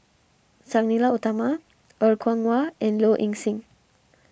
Sang Nila Utama Er Kwong Wah and Low Ing Sing